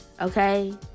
okay